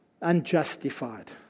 Unjustified